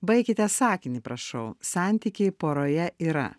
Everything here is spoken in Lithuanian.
baikite sakinį prašau santykiai poroje yra